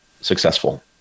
successful